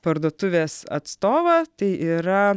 parduotuvės atstovą tai yra